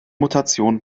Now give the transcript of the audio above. mutation